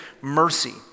mercy